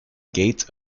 gates